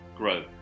Grow